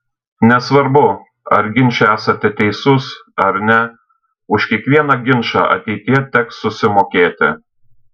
nesvarbu ar ginče esate teisus ar ne už kiekvieną ginčą ateityje teks susimokėti